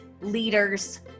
leaders